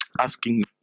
asking